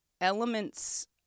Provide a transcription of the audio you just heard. elements